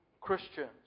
Christians